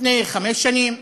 לפני חמש שנים.